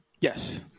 yes